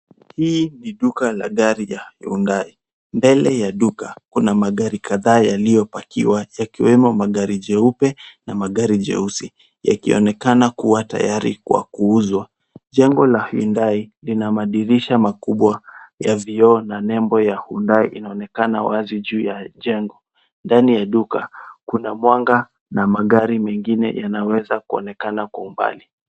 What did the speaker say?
Hii ni duka la gari la Hyundai, mbele ya duka kuna magari kadhaa yaliyopakiwa yakiwemo magari jeupe na magari jeusi yakionekana kuwa tayari kwa kuuzwa. Jengo la Hyundai lina madirisha makubwa ya vioo na nembo ya Hyundai inaonekana wazi juu ya jengo. Ndani ya duka kuna mwanga na magari mengine yanaweza kuonekana kwa umbali.